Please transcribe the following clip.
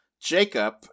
Jacob